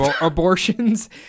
abortions